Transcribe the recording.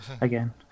again